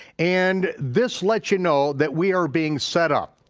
and this lets you know that we are being set up.